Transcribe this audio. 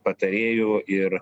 patarėju ir